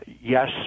yes